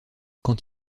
quand